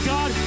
God